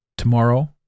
Tomorrow